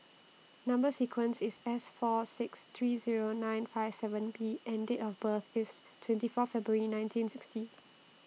Number sequence IS S four six three Zero nine five seven B and Date of birth IS twenty four February nineteen sixty